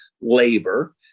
labor